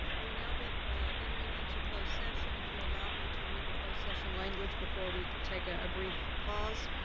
we will now be entering into closed session. if you'll allow me to read the closed session language before we take a brief pause.